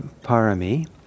parami